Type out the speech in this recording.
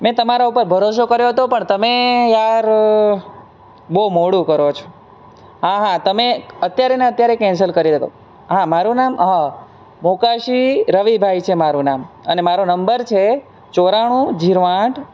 મેં તમારા ઉપર ભરોસો કર્યો તો પણ તમે યાર બહુ મોડું કરો છો હા હા તમે અત્યારે ને અત્યારે કેન્સલ કરી નાખો હા મારું નામ હા ભોંકાસી રવિભાઈ છે મારું નામ અને મારો નંબર છે ચોરાણું જીરો આઠ